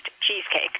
cheesecake